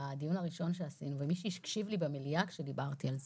בדיון הראשון שעשינו ומי שהקשיב לי במליאה כשדיברתי על זה,